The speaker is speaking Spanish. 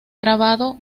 grabado